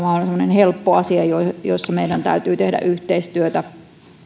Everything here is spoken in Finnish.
helppo asia jossa meidän täytyy tehdä yhteistyötä